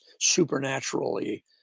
supernaturally